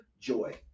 Joy